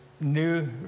new